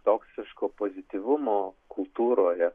toksiško pozityvumo kultūroje